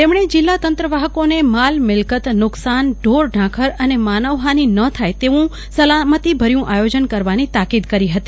તેમણે જિલ્લા તંત્રવાહકોને માલ મિલકત નુકશાન ઢોર ઢાખર અને માનવહાનિ ન થાય તેવું સલામતીભર્યું આયોજન કરવાની તાકીદકરી હતી